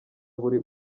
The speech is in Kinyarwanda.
buri